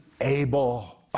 able